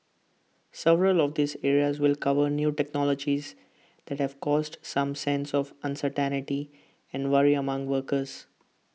several of these areas will cover new technologies that have caused some sense of uncertainty and worry among workers